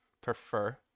prefer